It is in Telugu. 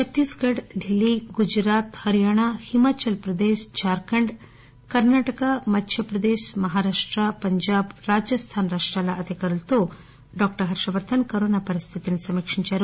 ఛత్తీస్ ఘుడ్ ఢిల్లీ గుజరాత్ హరియాణా హిమాచల్ ప్రదేశ్ జార్ఖండ్ కర్సాటక మధ్యప్రదేశ్ మహారాష్ట పంజాబ్ రాజస్టాన్ రాష్రాల అధికారులతో డాక్షర్ హర్షవర్గన్ కరోనా పరిస్టితిని సమీక్షించారు